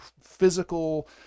physical